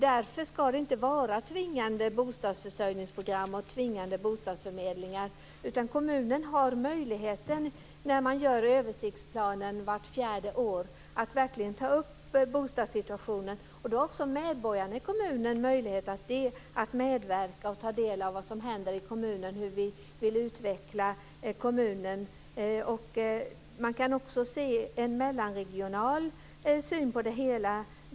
Därför ska det inte vara tvingande bostadsförsörjningsprogram och tvingande bostadsförmedlingar, utan kommunen har vart fjärde år, när översiktsplanen görs, möjlighet att verkligen ta upp bostadssituationen. Därmed har också medborgarna i kommunen möjlighet att medverka och ta del av vad som händer i kommunen och av hur vi vill utveckla kommunen. Man kan också ha en mellanregional syn på det hela.